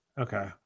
Okay